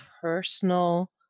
personal